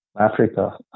Africa